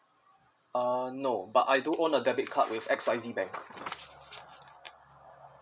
uh no but I do own a debit card with X Y Z bank